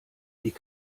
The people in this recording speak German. diese